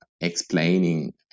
explaining